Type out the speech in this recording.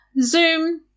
Zoom